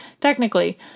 technically